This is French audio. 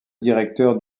directeur